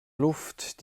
luft